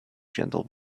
gentle